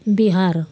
Bihar